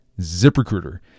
ZipRecruiter